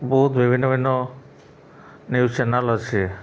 ବହୁତ ଭିନ୍ନ ଭିନ୍ନ ନ୍ୟୁଜ୍ ଚ୍ୟାନାଲ୍ ଅଛି